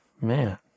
man